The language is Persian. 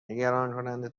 نگرانکننده